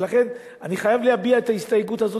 ולכן אני חייב להביע את ההסתייגות הזאת,